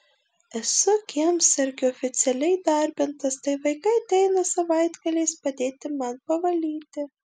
esu kiemsargiu oficialiai įdarbintas tai vaikai ateina savaitgaliais padėti man pavalyti